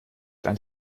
dann